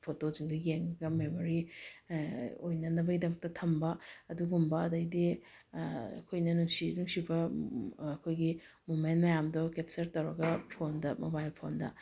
ꯐꯣꯇꯣꯁꯤꯡꯗꯣ ꯌꯦꯡꯉꯒ ꯃꯦꯃꯣꯔꯤ ꯑꯣꯏꯅꯅꯕꯒꯤꯗꯃꯛꯇ ꯊꯝꯕ ꯑꯗꯨꯒꯨꯝꯕ ꯑꯗꯩꯗꯤ ꯑꯩꯈꯣꯏꯅ ꯅꯨꯡꯁꯤ ꯅꯨꯡꯁꯤꯕ ꯑꯩꯈꯣꯏꯒꯤ ꯃꯣꯃꯦꯟ ꯃꯌꯥꯝꯗꯣ ꯀꯦꯞꯆꯔ ꯇꯧꯔꯒ ꯐꯣꯟꯗ ꯃꯣꯕꯥꯏꯜ ꯐꯣꯟꯗ